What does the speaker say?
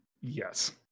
yes